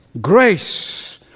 Grace